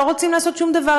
לא רוצים לעשות שום דבר,